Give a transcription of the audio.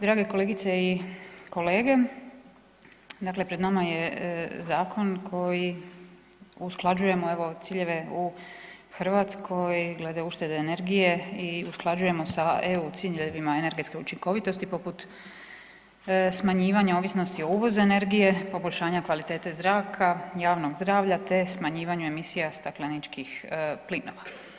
Drage kolegice i kolege, dakle pred nama je zakon kojim usklađujemo evo ciljeve u Hrvatskoj glede uštede energije i usklađujemo sa EU ciljevima energetske učinkovitosti poput smanjivanja ovisnosti o uvozu energije, poboljšanja kvalitete zraka, javnog zdravlja, te smanjivanja emisija stakleničkih plinova.